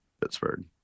Pittsburgh